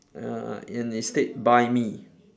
uh and it state buy me